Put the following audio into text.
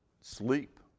sleep